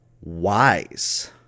wise